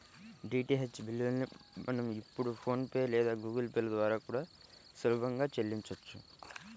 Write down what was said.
DTH బిల్లుల్ని మనం ఇప్పుడు ఫోన్ పే లేదా గుగుల్ పే ల ద్వారా కూడా సులభంగా చెల్లించొచ్చు